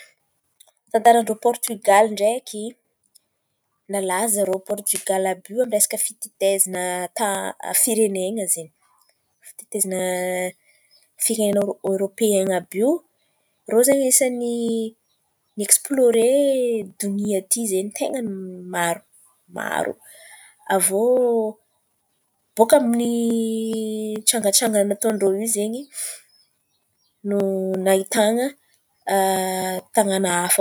Tantaran-drô Pôritigaly ndraiky nalaza irô Pôritigaly àby iô amin'ny resaka fitetezan̈a ta- firenena zen̈y, fitetezan̈a firenena ôrôpeaina àby iô irô zen̈y anisan̈y nieksplôre donia ity zen̈y ten̈a maromaro. Avô bôka amin'ny tsangatsanga nataon-drô iô zen̈y no nahitana tanàn̈a afa koa.